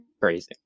crazy